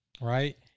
right